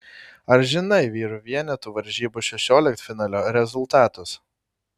ar žinai vyrų vienetų varžybų šešioliktfinalio rezultatus